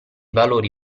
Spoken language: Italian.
valori